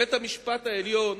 בית-המשפט העליון